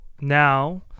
now